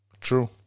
True